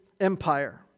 Empire